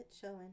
showing